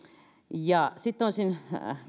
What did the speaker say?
sitten olisin